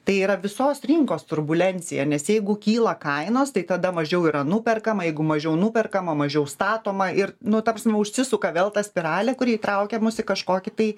tai yra visos rinkos turbulencija nes jeigu kyla kainos tai tada mažiau yra nuperkama jeigu mažiau nuperkama mažiau statoma ir nu ta prasme užsisuka vėl ta spiralė kuri įtraukia mus į kažkokį tai